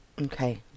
Okay